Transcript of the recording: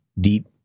deep